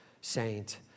saint